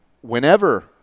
whenever